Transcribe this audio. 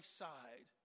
side